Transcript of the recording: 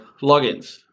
logins